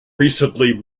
recently